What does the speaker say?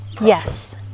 Yes